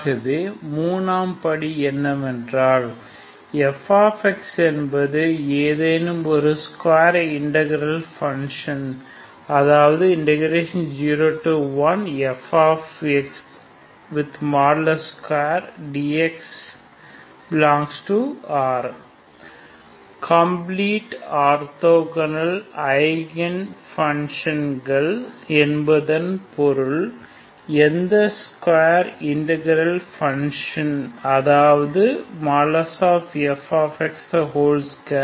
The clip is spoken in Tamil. ஆகவே 3ஆம் படி என்னவென்றால் f என்பது ஏதேனும் ஒரு ஸ்கொயர் இண்டகிரால் ஃப்பங்க்ஷன் அதாவது 01|f|2dx ∈R complete orthogonal eigen function என்பதன் பொருள் எந்த ஸ்கொயர் இண்டகிரால் ஃப்பங்க்ஷன் அதாவது |f|2